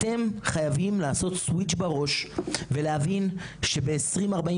אתם חייבים לעשות Switch בראש ולהבין שב-2048,